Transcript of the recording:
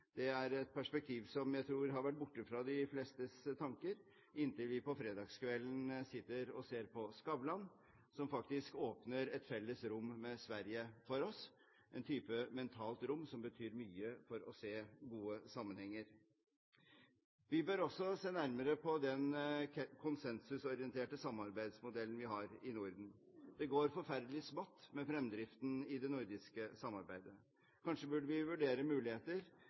Det er et perspektiv som jeg tror har vært borte fra de flestes tanker, inntil vi på fredagskvelden sitter og ser på «Skavlan», som faktisk åpner et felles rom med Sverige for oss, en type mentalt rom som betyr mye for å se gode sammenhenger. Vi bør også se nærmere på den konsensusorienterte samarbeidsmodellen vi har i Norden. Det går forferdelig smått med fremdriften i det nordiske samarbeidet. Kanskje burde vi vurdere